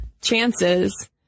chances